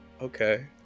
okay